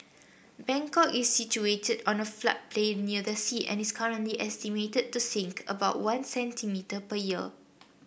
Bangkok is situated on a floodplain near the sea and is currently estimated to sink about one centimetre per year